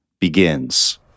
begins